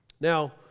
now